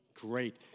Great